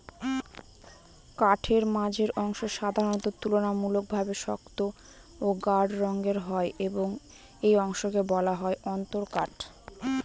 কাঠের মাঝের অংশ সাধারণত তুলনামূলকভাবে শক্ত ও গাঢ় রঙের হয় এবং এই অংশকে বলা হয় অন্তরকাঠ